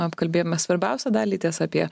apkalbėjome svarbiausią dalį tiesa apie